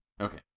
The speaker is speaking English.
Okay